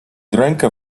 rękę